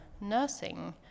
nursing